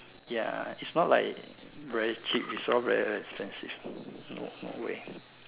ya is not like very cheap is all very expensive no way